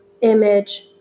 image